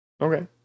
Okay